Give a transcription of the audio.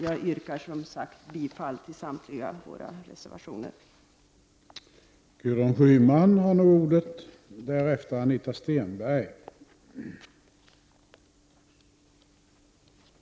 Jag yrkar bifall till samtliga reservationer där folkpartiet finns med.